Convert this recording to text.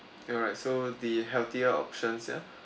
alright so the healthier options ya